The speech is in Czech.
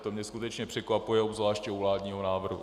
To mě skutečně překvapuje obzvláště u vládního návrhu.